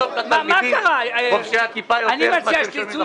על ספר כזה עבה אתם רוצים שנעבור?